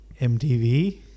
MTV